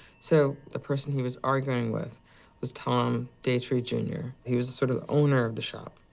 so, the person he was arguing with was tom datre, jr. he was sort of the owner of the shop?